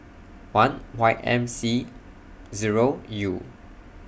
one Y M C Zero U